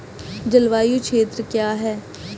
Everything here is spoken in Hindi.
जलवायु क्षेत्र क्या है?